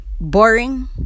boring